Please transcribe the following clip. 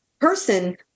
person